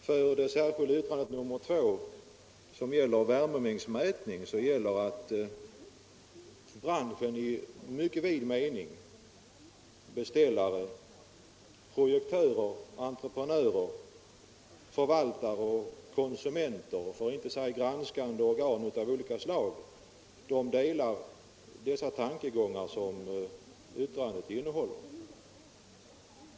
För det särskilda yttrandet nr 2, som rör värmemängdsmätning, gäller att branschen i mycket vid mening — beställare, projektörer, entreprenörer, förvaltare och konsumenter och granskande organ av olika slag — delar de tankegångar som yttrandet innehåller.